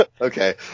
Okay